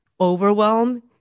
overwhelm